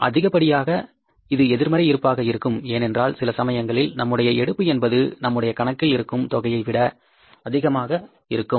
மற்றும் அதிகப்படியாக இது எதிர்மறை இருப்பாக இருக்கும் ஏனென்றால் சில சமயங்களில் நம்முடைய எடுப்பு என்பது நம்முடைய கணக்கில் இருக்கும் தொகையைவிட அதிகமாக இருக்கும்